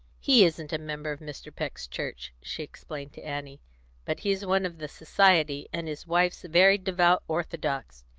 he isn't a member of mr. peck's church, she explained to annie but he's one of the society, and his wife's very devout orthodox.